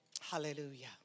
Hallelujah